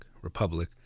Republic